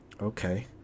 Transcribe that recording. Okay